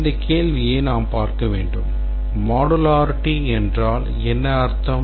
இந்த கேள்வியை நாம் பார்க்க வேண்டும் modularity என்றால் என்ன அர்த்தம்